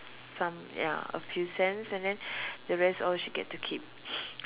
some ya a few cents and then the rest all she get to keep